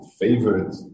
favorite